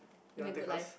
you mean a good life